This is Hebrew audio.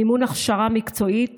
מימון הכשרה מקצועית